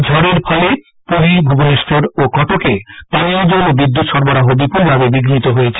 ঝড়ের ফলে পুরী ভুবনেশ্বর ও কটকে পানীয় জল ও বিদ্যুৎ সরবরাহ বিপুলভাবে বিঘ্নিত হয়েছে